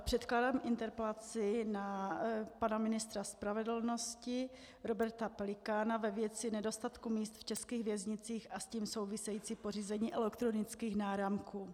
Předkládám interpelaci na pana ministra spravedlnosti Roberta Pelikána ve věci nedostatku míst v českých věznicích a s tím souvisejícím pořízením elektronických náramků.